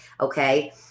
okay